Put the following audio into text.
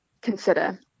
consider